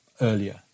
earlier